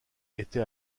était